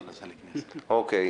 אוקיי.